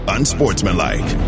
Unsportsmanlike